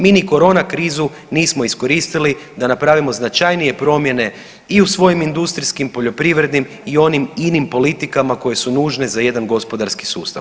Mi ni korona krizu nismo iskoristili da napravimo značajnije promjene i u svojim industrijskim, poljoprivrednim i onim inim politikama koje su nužne za jedan gospodarski sustav.